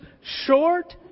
short